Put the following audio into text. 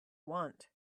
want